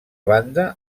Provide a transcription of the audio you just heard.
banda